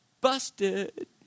busted